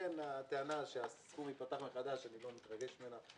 לכן הטענה שהסיכום ייפתח מחדש, אני לא מתרגש ממנה.